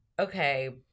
okay